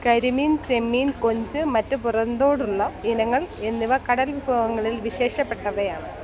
കരിമീൻ ചെമ്മീൻ കൊഞ്ച് മറ്റ് പുറന്തോടുള്ള ഇനങ്ങൾ എന്നിവ കടൽവിഭവങ്ങളില് വിശേഷപ്പെട്ടവയാണ്